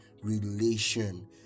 relation